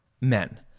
men